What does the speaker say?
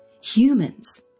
humans